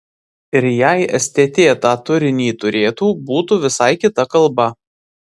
ir jei stt tą turinį turėtų būtų visai kita kalba